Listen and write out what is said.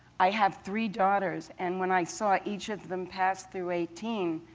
i have three daughters, and when i saw each of them passed through eighteen,